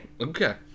Okay